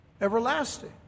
everlasting